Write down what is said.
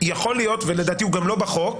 יכול להיות ולדעתי הוא גם לא בחוק